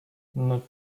not